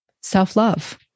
self-love